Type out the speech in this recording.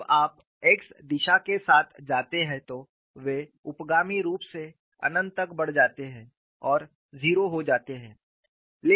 जब आप x दिशा के साथ जाते हैं तो वे उपगामी रूप से अनंत तक बढ़ जाते हैं और शून्य हो जाते हैं